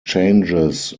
changes